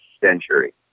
century